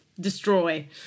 destroy